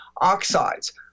oxides